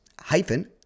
hyphen